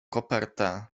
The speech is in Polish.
kopertę